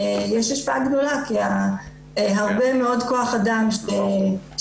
יש השפעה גדולה כי הרבה מאוד כוח אדם שעבד